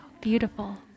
Beautiful